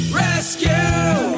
rescue